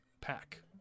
pack